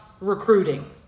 recruiting